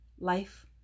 Life